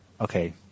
okay